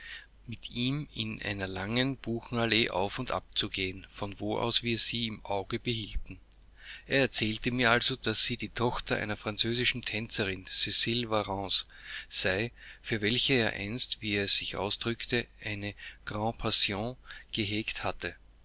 mit ihm in einer langen buchenallee auf und ab zu gehen von wo aus wir sie im auge behielten er erzählte mir also daß sie die tochter einer französischen tänzerin cecile varens sei für welche er einst wie er sich ausdrückte eine grande passion gehegt hatte